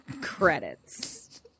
Credits